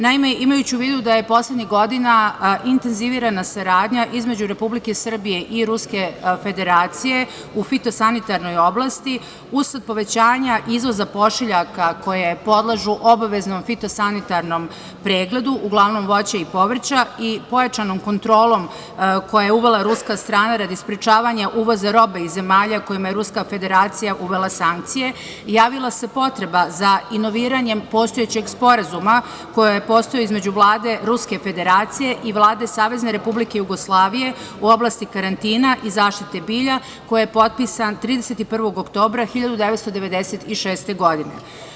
Naime, imajući u vidu da je poslednjih godina intenzivirana saradnja između Republike Srbije i Ruske Federacije u fitosanitarnoj oblasti, usled povećanja izvoza pošiljaka koje podležu obaveznom fitosanitarnom pregledu, uglavnom voća i povrća i pojačanom kontrolom koju je uvela ruska strana radi sprečavanja uvoza robe iz zemalja kojima je Ruska Federacija uvela sankcije, javila se potreba za inoviranjem postojećeg Sporazuma koji je postojao između Vlade Ruske Federacije i Vlade Savezne Republike Jugoslavije u oblasti karantina i zaštite bilja, koji je potpisan 31. oktobra 1996. godine.